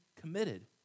committed